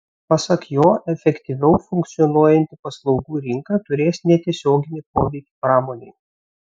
pasak jo efektyviau funkcionuojanti paslaugų rinka turės netiesioginį poveikį pramonei